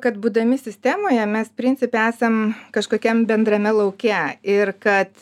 kad būdami sistemoje mes principe esam kažkokiam bendrame lauke ir kad